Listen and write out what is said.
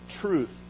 truth